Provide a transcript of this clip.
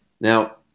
Now